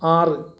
ആറ്